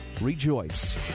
rejoice